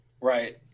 Right